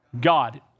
God